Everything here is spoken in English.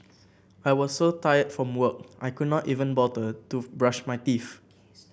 I was so tired from work I could not even bother to brush my teeth